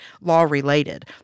law-related